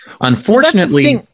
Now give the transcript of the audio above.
unfortunately